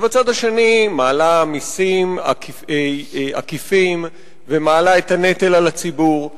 ובצד השני מעלה מסים עקיפים ומעלה את הנטל על הציבור.